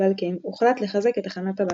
ועל כן הוחלט לחזק את תחנת הבת.